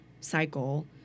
cycle